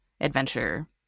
adventure